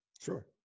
Sure